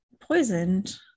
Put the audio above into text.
poisoned